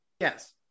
Yes